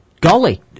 Golly